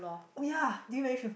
oh ya did you manage to